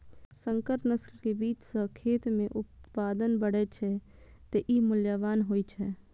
संकर नस्ल के बीज सं खेत मे उत्पादन बढ़ै छै, तें ई मूल्यवान होइ छै